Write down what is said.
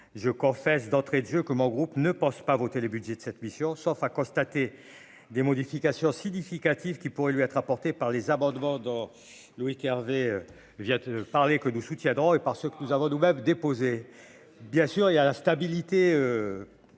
je confesse d'entrée de jeu comme en groupe ne pensent pas voter le budget de cette mission, sauf à constater des modifications significatives qui pourraient lui être apportés par les amendements or Loïc Hervé vient parler que nous soutiendrons et par ce que nous avons nous-mêmes déposé, bien sûr, il y a la stabilité